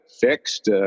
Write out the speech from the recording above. fixed